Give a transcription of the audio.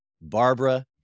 Barbara